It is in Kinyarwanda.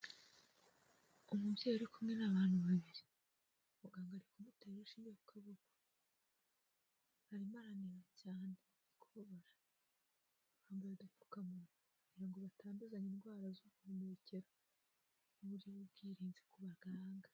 Umubyeyi uri kumwe n'abantu babiri. Muganga arikumutera urushinge ku kaboko, arimo araniha cyane ari kubabara, bambaye udupfukamunwa kugira ngo batanduzanya indwara z'ubuhumekero, uburyo bw'ubwirinzi kubanganga,